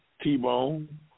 T-Bone